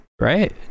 right